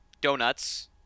Donuts